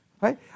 Right